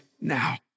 now